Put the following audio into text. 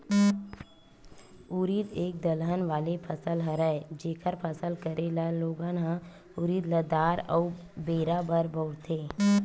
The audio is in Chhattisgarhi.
उरिद एक दलहन वाले फसल हरय, जेखर फसल करे ले लोगन ह उरिद ल दार अउ बेरा बर बउरथे